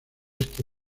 este